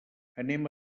anem